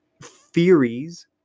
theories